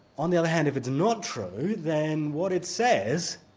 on the other hand, if it's not true, then what it says